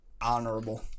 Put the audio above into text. Honorable